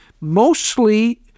mostly